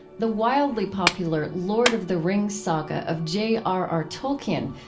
the wildly popular lord of the rings saga of j r r. tolkien,